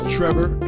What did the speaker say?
Trevor